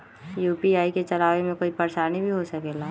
UPI के चलावे मे कोई परेशानी भी हो सकेला?